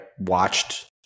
watched